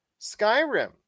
Skyrim